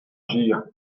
ger